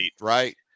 right